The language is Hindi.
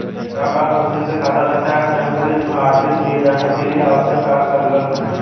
ड्रॉप डाउन सूची से खाता संख्या का चयन करें जिसमें हॉटलिस्ट किए जाने के लिए आवश्यक कार्ड संलग्न है